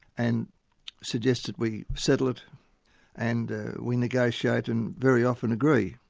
and suggest that we settle it and we negotiate and very often agree.